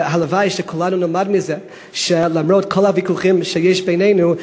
והלוואי שכולנו נלמד מזה שלמרות כל הוויכוחים שיש בינינו,